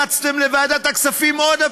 רצתם לוועדת הכספים עוד פעם.